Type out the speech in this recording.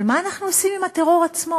אבל מה אנחנו עושים עם הטרור עצמו?